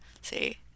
See